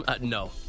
No